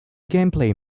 gameplay